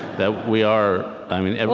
that we are, i